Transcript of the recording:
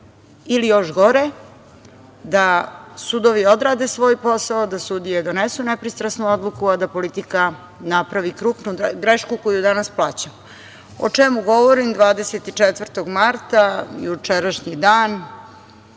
ili još gore, da sudovi odrade svoj posao, da sudije donesu nepristrasnu odluku, a da politika napravi krupnu grešku koju danas plaćamo.O čemu govorim, 24. marta, jučerašnji dan,